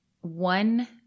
one